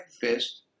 fist